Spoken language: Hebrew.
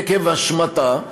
עקב השמטה,